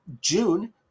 June